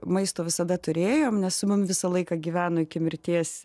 maisto visada turėjom nes mum visą laiką gyveno iki mirties